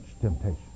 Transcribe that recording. temptation